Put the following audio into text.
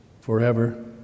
forever